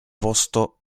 posto